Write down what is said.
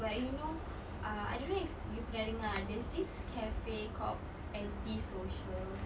but you know ah I don't know if you pernah dengar there's this cafe called Antea Social